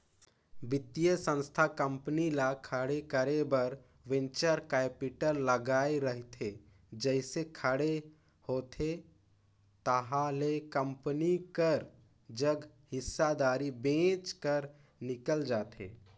बित्तीय संस्था कंपनी ल खड़े करे बर वेंचर कैपिटल लगाए रहिथे जइसे खड़े होथे ताहले कंपनी कर जग हिस्सादारी बेंच कर निकल जाथे